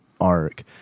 arc